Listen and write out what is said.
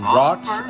rocks